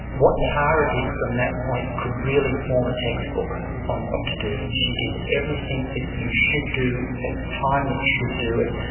what tara did from that point could really form a textbook on what to do. she did everything that you should do, at the time you should do it,